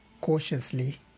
cautiously